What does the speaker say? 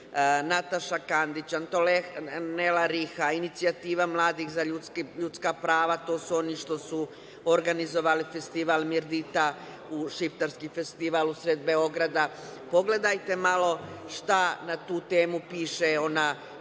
Nataša Kandić, Antonela Riha, Inicijativa mladih za ljudska prava, to su oni što su organizovali festival „Mirdita“, šiptarski festival u sred Beograda. Pogledajte malo šta na tu temu piše ona